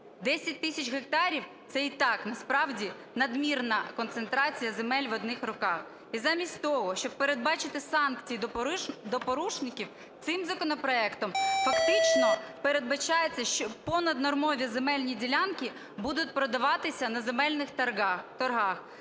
10 тисяч гектарів – це і так насправді надмірна концентрація земель в одних руках. І замість того, щоб передбачити санкції до порушників, цим законопроектом фактично передбачається, що понаднормові земельні ділянки будуть продаватися на земельних торгах.